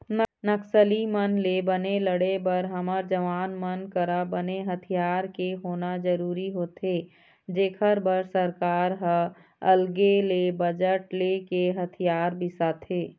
नक्सली मन ले बने लड़े बर हमर जवान मन करा बने हथियार के होना जरुरी होथे जेखर बर सरकार ह अलगे ले बजट लेके हथियार बिसाथे